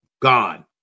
Gone